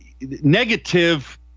negative